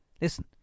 listen